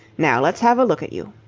now let's have a look at you.